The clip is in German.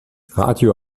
radio